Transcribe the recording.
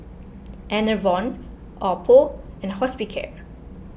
Enervon Oppo and Hospicare